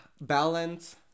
Balance